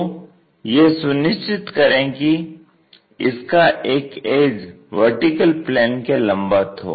तो यह सुनिश्चित करें कि इसका एक एज वर्टिकल प्लेन के लंबवत हो